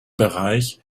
bereich